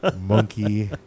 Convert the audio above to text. monkey